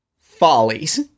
Follies